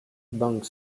bang